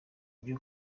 byo